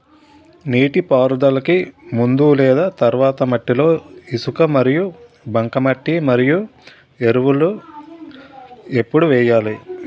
నీటిపారుదలకి ముందు లేదా తర్వాత మట్టిలో ఇసుక మరియు బంకమట్టి యూరియా ఎరువులు ఎప్పుడు వేయాలి?